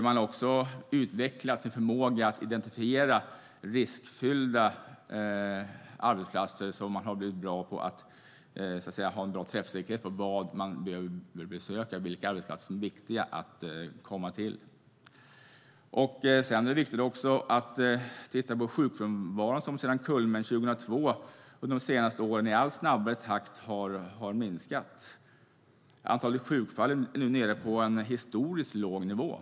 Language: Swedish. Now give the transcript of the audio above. Man har också utvecklat förmågan att identifiera riskfyllda arbetsplatser och blivit bra på att ha en god träffsäkerhet när det gäller vilka arbetsplatser som är viktiga att komma till. Det är även viktigt att titta på sjukfrånvaron som sedan kulmen 2002 minskat i en allt snabbare takt under de senaste åren. Antalet sjukfall är nu nere på en historiskt låg nivå.